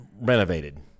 renovated